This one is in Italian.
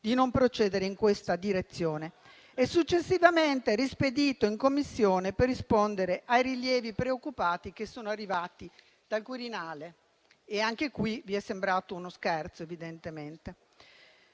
di non procedere in questa direzione, e successivamente rispedito in Commissione per rispondere ai rilievi preoccupati che sono arrivati dal Quirinale e anche questo vi è sembrato uno scherzo, evidentemente.